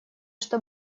что